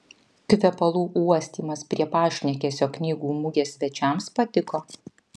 kvepalų uostymas prie pašnekesio knygų mugės svečiams patiko